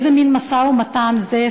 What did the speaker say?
איזה מין משא-ומתן זה?